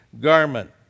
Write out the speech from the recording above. garment